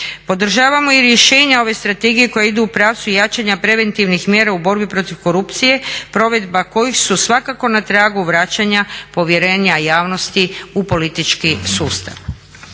Podržavamo i rješenja ove strategije koja idu u pravcu jačanja preventivnih mjera u borbi protiv korupcije, provedba kojih su svakako na tragu vraćanja povjerenja javnosti u politički sustav.